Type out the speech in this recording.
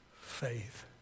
faith